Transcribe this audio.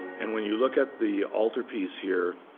and when you look at the altarpiece here,